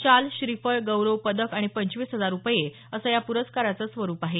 शाल श्रीफळ गौरव पदक आणि पंचवीस हजार रुपये असं या प्रस्काराचं स्वरूप आहे